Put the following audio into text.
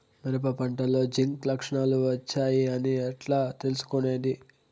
మిరప పంటలో జింక్ లక్షణాలు వచ్చాయి అని ఎట్లా తెలుసుకొనేది?